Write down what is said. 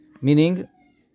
meaning